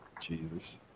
Jesus